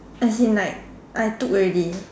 as in like I took already